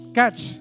catch